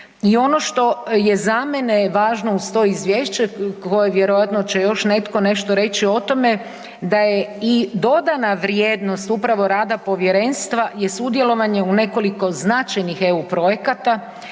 i ono što je za mene važno uz to izvješće koje vjerojatno će još netko nešto reći o tome, da je i dodana vrijednost upravo rada povjerenstva je sudjelovanje u nekoliko značajnih EU projekata